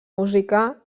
música